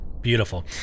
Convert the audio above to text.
beautiful